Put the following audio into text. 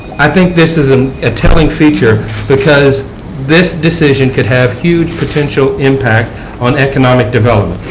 i think this is um a telling feature because this decision could have huge potential impact on economic development.